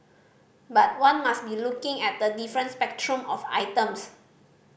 but one must be looking at a different spectrum of items